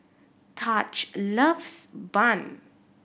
Taj loves Bun